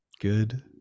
Good